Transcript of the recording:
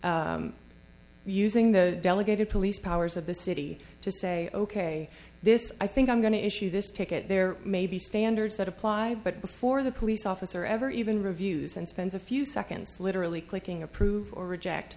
using the delegated police powers of the city to say ok this i think i'm going to issue this ticket there may be standards that apply but before the police officer ever even reviews and spends a few seconds literally clicking approve or reject